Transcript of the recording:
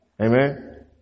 Amen